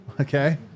Okay